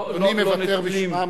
לא, אדוני מוותר בשמם,